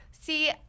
see